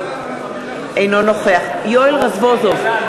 אינו נוכח יואל רזבוזוב,